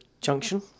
junction